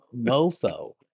mofo